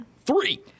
Three